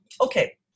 Okay